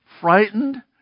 frightened